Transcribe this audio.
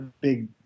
big